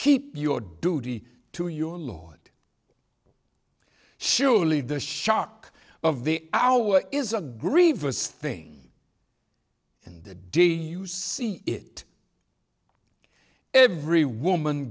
keep your duty to your lord surely the shock of the hour is a grievous thing and the day you see it every woman